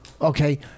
okay